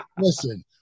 listen